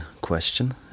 question